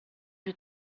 più